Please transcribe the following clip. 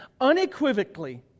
unequivocally